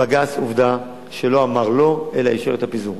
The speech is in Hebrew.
בג"ץ, עובדה שלא אמר לא, אלא אישר את הפיזור.